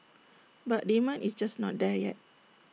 but demand is just not there yet